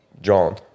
John